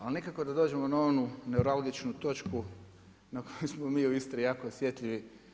Ali nikako da dođemo na onu neuralgičnu točku na koju smo mi u Istri jako osjetljivi.